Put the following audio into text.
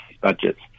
budgets